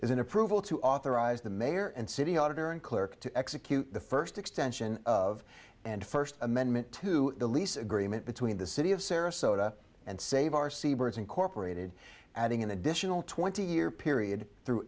an approval to authorize the mayor and city auditor and clerk to execute the first extension of and first amendment to the lease agreement between the city of sarasota and save our seabirds incorporated adding an additional twenty year period through